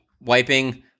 wiping